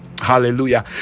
Hallelujah